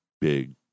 big